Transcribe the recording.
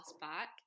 back